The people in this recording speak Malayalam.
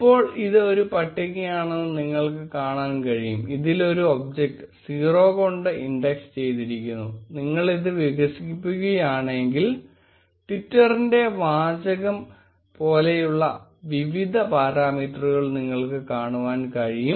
ഇപ്പോൾ ഇത് ഒരു പട്ടികയാണെന്ന് നിങ്ങൾക്ക് കാണാൻ കഴിയും അതിൽ ഒരു ഒബ്ജക്റ്റ് 0 കൊണ്ട് ഇൻഡെക്സ് ചെയ്തിരിക്കുന്നു നിങ്ങളിത് വികസിപ്പിക്കുകയാണെങ്കിൽ ട്വീറ്റിന്റെ വാചകം പോലുള്ള വിവിധ പാരാമീറ്ററുകൾ നിങ്ങൾക്ക് കാണാൻ കഴിയും